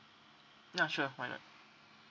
ya sure why not